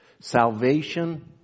Salvation